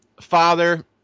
father